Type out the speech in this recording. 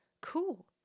cool